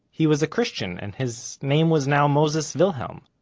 he was a christian and his name was now moses wilhelm.